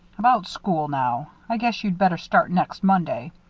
about school, now. i guess you'd better start next monday.